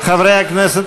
חברי הכנסת,